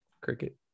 cricket